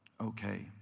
okay